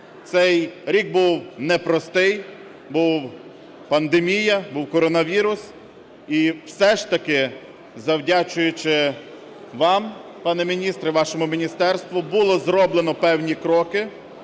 Цей рік був непростий, був пандемія, був коронавірус і все ж таки, завдячуючи вам, пане міністре, вашому міністерству, було зроблено певні кроки